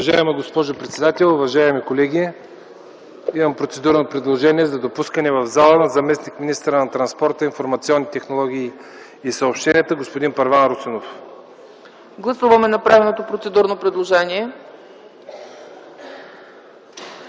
Уважаема госпожо председател, уважаеми колеги! Правя процедурно предложение за допускане в залата на заместник-министъра на транспорта, информационните технологии и съобщенията господин Първан Русинов. ПРЕДСЕДАТЕЛ ЦЕЦКА ЦАЧЕВА: Гласуваме направеното процедурно предложение.